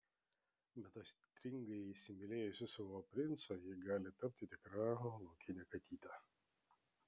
bet aistringai įsimylėjusi savo princą ji gali tapti tikra laukine katyte